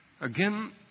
Again